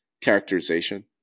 characterization